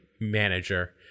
manager